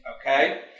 okay